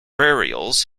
burials